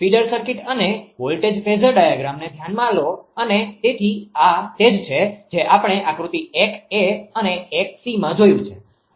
તેથી feeder circuit અને voltage phasor ડાયાગ્રામને ધ્યાનમાં લો અને તેથી આ તે જ છે જે આપણે આકૃતિ 1 અને 1માં જોયું છે